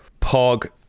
Pog